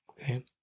okay